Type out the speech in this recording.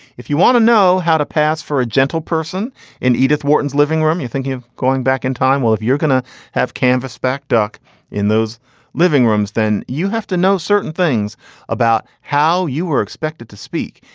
if you want to know how to pass for a gentle person in edith wharton's living room, you thinking of going back in time? well, if you're going to have canvas back duck in those living rooms, then you have to know certain things about how you are expected to speak.